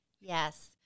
Yes